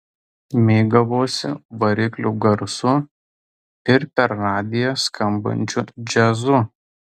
mėgavausi variklio garsu ir per radiją skambančiu džiazu